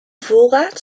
voorraad